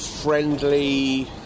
friendly